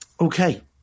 Okay